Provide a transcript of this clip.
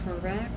correct